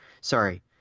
sorry